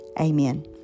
Amen